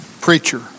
preacher